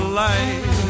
light